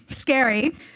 scary